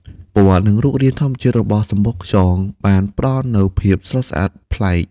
ពណ៌ និងរូបរាងធម្មជាតិរបស់សំបកខ្យងបានផ្តល់នូវភាពស្រស់ស្អាតប្លែក។